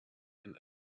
and